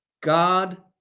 God